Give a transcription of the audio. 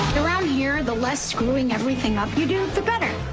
around here, the less screwing everything up you do, the better.